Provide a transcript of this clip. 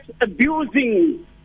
abusing